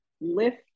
lift